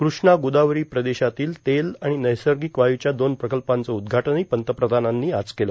कृष्णा गोदावरी प्रदेशातील तेल आणि नैसर्गिक वाय्च्या दोन प्रकल्पाचं उद्घाटनही पंतप्रधानांनी आज केलं